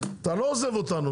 אתה לא עוזב אותנו,